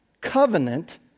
covenant